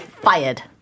fired